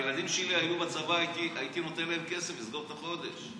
כשהילדים שלי היו בצבא הייתי נותן להם כסף לסגור את החודש.